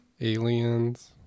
aliens